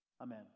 Amen